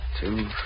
two